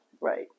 Right